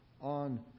on